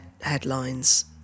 headlines